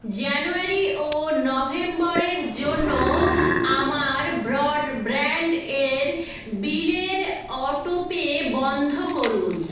জানুয়ারি ও নভেম্বরের জন্য আমার ব্রডব্র্যান্ডের বিলের অটো পে বন্ধ করুন